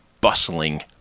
bustling